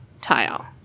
tile